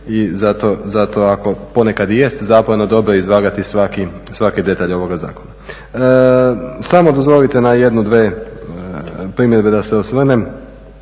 I zato ako, ponekad i jest zamorno dobro je izvagati svaki detalj ovoga zakona. Samo dozvolite na jednu, dvije primjedbe da se osvrnem,